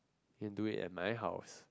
can do it at my house